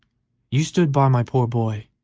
you stood by my poor boy,